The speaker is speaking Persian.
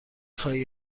خواهی